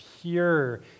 pure